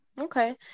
Okay